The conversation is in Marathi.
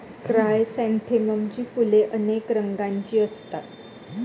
क्रायसॅन्थेममची फुले अनेक रंगांची असतात